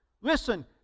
Listen